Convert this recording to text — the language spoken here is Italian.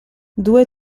due